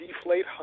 deflate